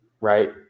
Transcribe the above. right